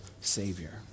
Savior